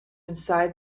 inside